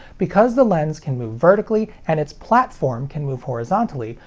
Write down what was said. because the lens can move vertically, and its platform can move horizontally,